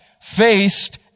faced